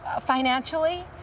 financially